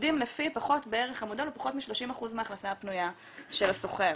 עובדים לפי פחות בערך המודל או פחות מ-30% מההכנסה הפנויה של השוכר.